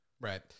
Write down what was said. right